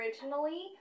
originally